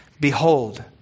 Behold